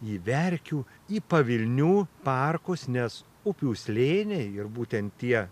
į verkių į pavilnių parkus nes upių slėniai ir būtent tie